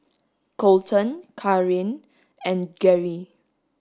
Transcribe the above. Colten Kaaren and Gerri